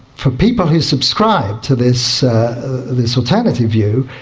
for people who subscribe to this this alternative view,